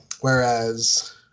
Whereas